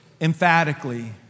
emphatically